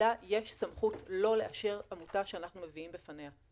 לוועדה יש סמכות לא לאפשר עמותה שאנחנו מביאים בפניה.